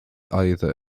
either